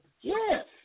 Yes